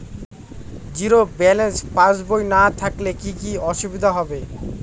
Zero balance পাসবই না থাকলে কি কী অসুবিধা হবে?